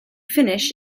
finish